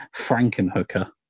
Frankenhooker